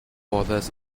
borders